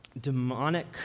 demonic